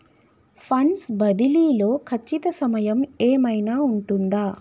Funds బదిలీ లో ఖచ్చిత సమయం ఏమైనా ఉంటుందా?